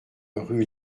rue